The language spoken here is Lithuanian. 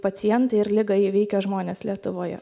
pacientai ir ligą įveikę žmonės lietuvoje